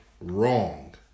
wrong